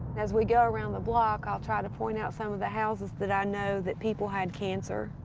as we go around the block, i'll try to point out some of the houses that i know that people had cancer.